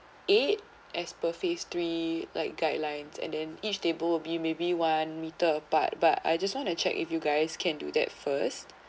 eight as per phase three like guidelines and then each table will be maybe one meter apart but I just want to check if you guys can do that first